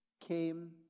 came